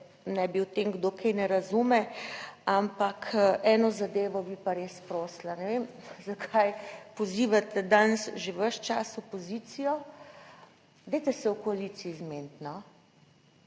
ne bi o tem kdo kaj ne razume, ampak eno zadevo bi pa res prosila. Ne vem zakaj pozivate danes že ves čas opozicijo, dajte se v koaliciji zmeniti.